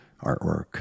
artwork